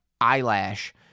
eyelash